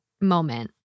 moment